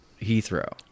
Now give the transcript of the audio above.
Heathrow